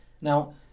Now